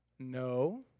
No